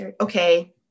Okay